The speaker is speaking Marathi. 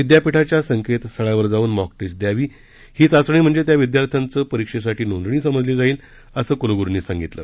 विद्यापीठाच्या संकेतस्थळावर जाऊन मॉक टेस्ट द्यावी ही चाचणी म्हणजे त्या विद्यार्थ्यांचं परीक्षेसाठी नोंदणी समजली जाईल असं कुलगुरूनी सांगितलं